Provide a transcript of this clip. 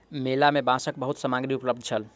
मेला में बांसक बहुत सामग्री उपलब्ध छल